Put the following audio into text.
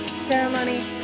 ceremony